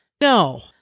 No